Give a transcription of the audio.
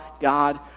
God